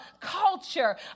culture